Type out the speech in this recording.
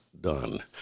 done